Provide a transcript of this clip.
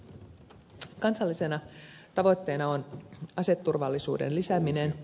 kansallisena tavoitteena on aseturvallisuuden lisääminen